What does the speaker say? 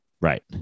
Right